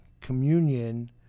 communion